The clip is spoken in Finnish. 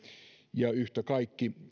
ja yhtä kaikki